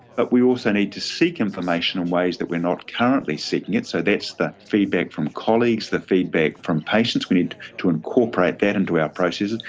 but we also need to seek information in ways that we are not currently seeking it so that's the feedback from colleagues, the feedback from patients, we need to incorporate that into our processes.